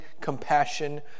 compassion